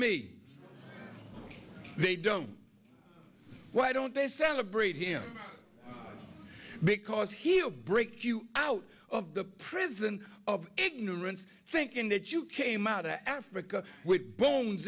me they don't why don't they celebrate him because he'll break you out of the prison of ignorance thinking that you came out to africa with bones